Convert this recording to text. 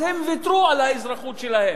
אז הם ויתרו על האזרחות שלהם.